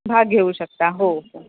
भाग घेऊ शकता हो हो